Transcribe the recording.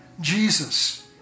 Jesus